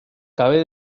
cabe